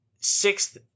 Sixth